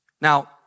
Now